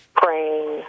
praying